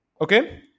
Okay